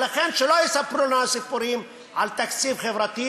ולכן, שלא יספרו לנו סיפורים על תקציב חברתי.